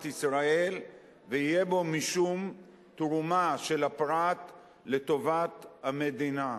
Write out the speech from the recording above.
ישראל ויהיה בו משום תרומה של הפרט לטובת המדינה.